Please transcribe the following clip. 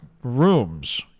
rooms